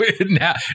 Now